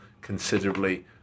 considerably